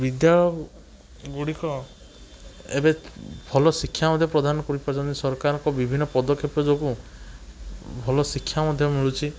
ବିଦ୍ୟାଳୟ ଗୁଡ଼ିକ ଏବେ ଭଲ ଶିକ୍ଷା ମଧ୍ୟ ପ୍ରଦାନ କରିପାରୁଛନ୍ତି ସରକାରଙ୍କ ବିଭିନ୍ନ ପଦକ୍ଷେପ ଯୋଗୁଁ ଭଲ ଶିକ୍ଷା ମଧ୍ୟ ମିଳୁଛି